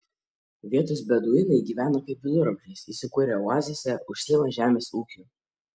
vietos beduinai gyvena kaip viduramžiais įsikūrę oazėse užsiima žemės ūkiu